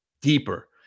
deeper